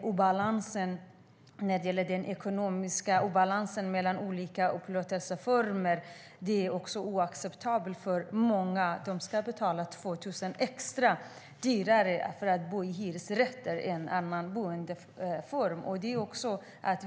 Den ekonomiska obalansen mellan olika upplåtelseformer är oacceptabel. Många får betala 2 000 kronor extra för att bo i hyresrätt i stället för i annan boendeform.